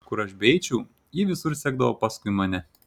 kur aš beeičiau ji visur sekdavo paskui mane